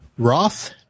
Roth